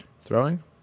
throwing